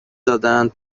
دادهاند